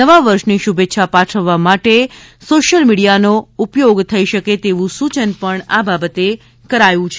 નવા વર્ષની શુભેચ્છા પાઠવવા માટે સોશિયલ મીડિયાનો ઉપયોગ થઈ શકે તેવું સૂચન પણ આ બાબતે કરાયું છે